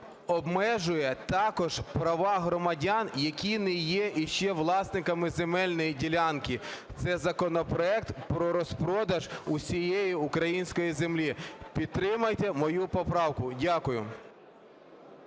обмежує також права громадян, які не є ще власниками земельної ділянки. Це – законопроект про розпродаж усієї української землі. Підтримайте мою поправку. Дякую.